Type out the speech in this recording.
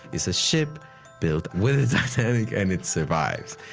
it's a ship built with the titanic and it survives.